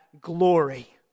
glory